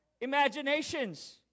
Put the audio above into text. imaginations